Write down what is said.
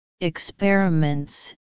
experiments